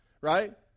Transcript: right